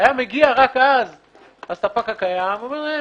רק אז היה מגיע הספּק הקיים, אומר להם,